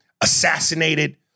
assassinated